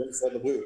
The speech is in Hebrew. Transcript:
לא משרד הבריאות.